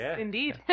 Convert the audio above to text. Indeed